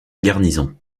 garnison